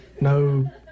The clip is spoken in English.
no